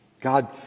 God